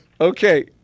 Okay